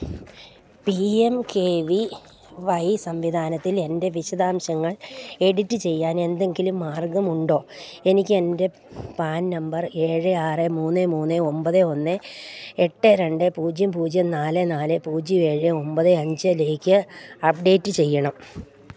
P M K V Y സംവിധാനത്തിൽ എൻ്റെ വിശദാംശങ്ങൾ എഡിറ്റ് ചെയ്യാനെന്തെങ്കിലും മാർഗ്ഗമുണ്ടോ എനിക്കെൻ്റെ പാൻ നമ്പർ ഏഴ് ആറു മൂന്ന് മൂന്ന് ഒമ്പത് ഒന്ന് എട്ട് രണ്ട് പൂജ്യം പൂജ്യം നാല് നാല് പൂജ്യം ഏഴ് ഒമ്പത് അഞ്ചിലേക്ക് അപ്ഡേറ്റ് ചെയ്യണം